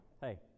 hey